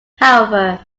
however